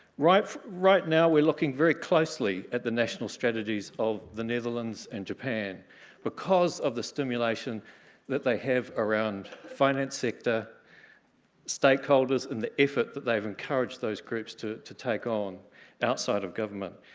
right right now we're looking very closely at the national strategies of the netherlands and japan because of the stimulation that they have around finance sector stakeholders and the effort that they've encouraged those groups to to take on outside of government.